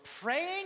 praying